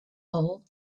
hole